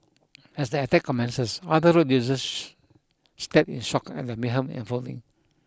as the attack commences other road users stared in shock at the mayhem unfolding